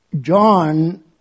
John